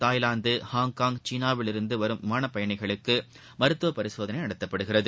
Thailand Hong Kong சீனாவிலிருந்து வரும் விமானப்பயணிகளுக்கு மருத்துவப்பரிசோதனை நடத்தப்படுகிறது